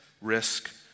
risk